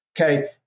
okay